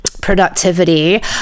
productivity